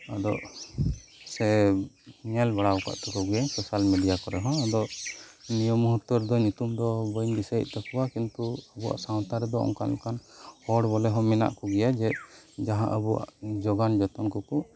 ᱟᱫᱚ ᱥᱮ ᱧᱮᱞ ᱵᱟᱲᱟ ᱟᱠᱟᱫᱟ ᱛᱟᱠᱚ ᱜᱤᱭᱟᱹᱧ ᱥᱳᱥᱟᱞ ᱢᱤᱰᱤᱭᱟ ᱠᱚᱨᱮᱦᱚᱸ ᱟᱫᱚ ᱱᱤᱭᱟᱹ ᱢᱩᱦᱩᱨᱛᱮ ᱨᱮᱫᱚ ᱧᱩᱛᱩᱢ ᱫᱚ ᱵᱟᱹᱧ ᱫᱤᱥᱟᱹᱭᱮᱫ ᱛᱟᱠᱚᱣᱟ ᱠᱤᱱᱛᱩ ᱟᱵᱚᱣᱟᱜ ᱥᱟᱶᱛᱟᱨᱮ ᱚᱱᱠᱟ ᱞᱮᱠᱟᱱ ᱦᱚᱲ ᱵᱚᱞᱮᱦᱚᱸ ᱢᱮᱱᱟᱜ ᱠᱚ ᱜᱮᱭᱟ ᱡᱮ ᱡᱟᱦᱟᱸ ᱟᱵᱚᱣᱟᱜ ᱡᱚᱜᱟᱱ ᱡᱚᱛᱚᱱ ᱠᱚᱠᱚ